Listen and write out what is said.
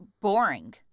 boring